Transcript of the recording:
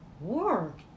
work